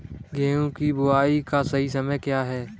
गेहूँ की बुआई का सही समय क्या है?